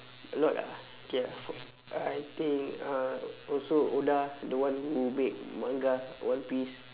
a lot ah okay ah I think uh also oda the one who make manga one piece